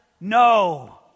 No